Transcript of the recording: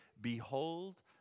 behold